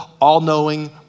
all-knowing